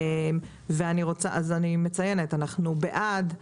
אנחנו בעד.